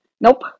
Nope